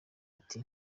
ati